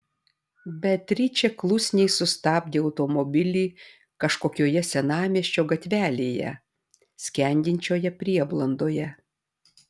beatričė klusniai sustabdė automobilį kažkokioje senamiesčio gatvelėje skendinčioje prieblandoje